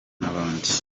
n’abandi